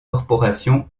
corporations